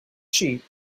sheep